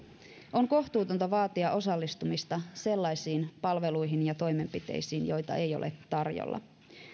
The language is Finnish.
on kohtuutonta vaatia osallistumista sellaisiin palveluihin ja toimenpiteisiin joita ei ole tarjolla